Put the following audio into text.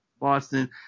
Boston